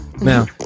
Now